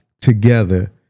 together